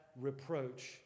reproach